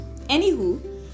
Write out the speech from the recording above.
anywho